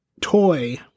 toy